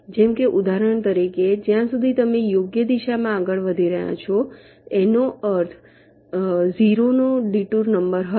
જેમ કે ઉદાહરણ તરીકે જ્યાં સુધી તમે યોગ્ય દિશામાં આગળ વધી રહ્યા છો તેનો અર્થ 0 નો ડિટૂર નંબર હશે